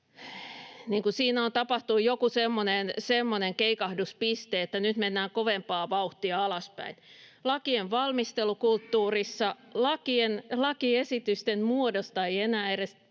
siinä on tapahtunut joku semmoinen keikahduspiste, että nyt mennään kovempaa vauhtia alaspäin lakien valmistelukulttuurissa. Ei enää edes